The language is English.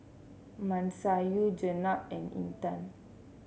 Masayu Jenab and Intan